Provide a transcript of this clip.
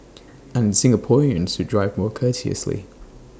and Singaporeans should drive more courteously